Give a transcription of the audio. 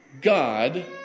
God